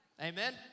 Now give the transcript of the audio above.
Amen